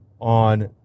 on